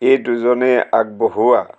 এই দুজনে আগবঢ়োৱা